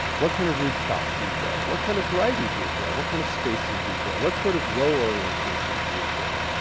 what kind of root stock do you grow? what kind of variety do you grow? what kind of spacing do you grow? what sort of row orientation do you grow?